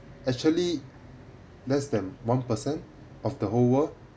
actually less than one percent of the whole world